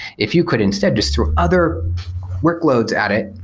if you could instead just throw other workloads at it,